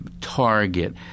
Target